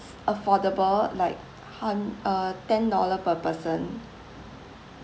affordable like hun~ uh ten dollar per person